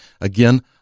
Again